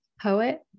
poet